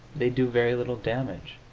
they do very little damage.